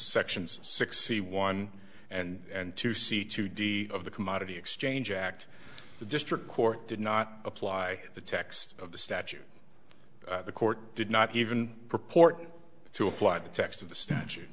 sections sixty one and to see two d of the commodity exchange act the district court did not apply the text of the statute the court did not even purport to apply the text of the statu